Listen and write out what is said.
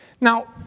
Now